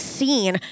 seen